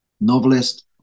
novelist